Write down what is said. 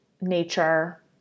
nature